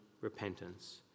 repentance